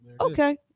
okay